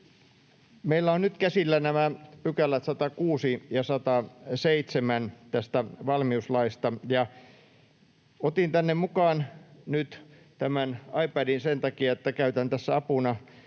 Meillä ovat nyt käsillä nämä 106 § ja 107 § tästä valmiuslaista, ja otin tänne mukaan nyt tämän iPadin sen takia, että käytän tässä apuna